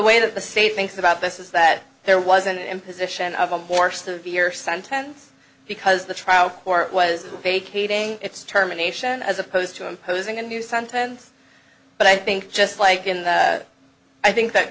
way that the state thinks about this is that there was an imposition of a more severe sentence because the trial court was the vacating its terminations as opposed to imposing a new sentence but i think just like in i think that